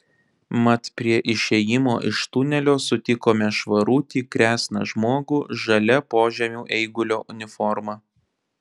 mat prie išėjimo iš tunelio sutikome švarutį kresną žmogų žalia požemių eigulio uniforma